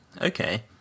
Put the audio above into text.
Okay